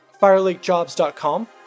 FireLakeJobs.com